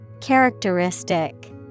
Characteristic